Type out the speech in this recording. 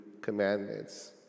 commandments